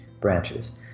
branches